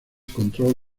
control